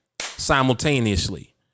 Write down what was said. simultaneously